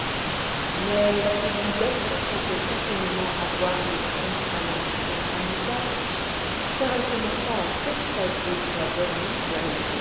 mais la cousine dete comptait certainement avoir avec lui un entretien amical car elle commença à s'extasier sur la bonne mine de